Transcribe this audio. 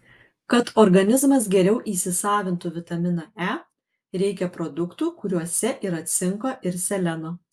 kad organizmas geriau įsisavintų vitaminą e reikia produktų kuriuose yra cinko ir seleno